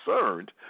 concerned